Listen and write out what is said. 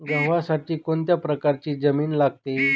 गव्हासाठी कोणत्या प्रकारची जमीन लागते?